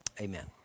Amen